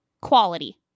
quality